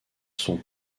son